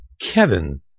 kevin